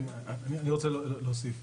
אני רוצה להוסיף.